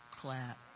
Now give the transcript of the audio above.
clap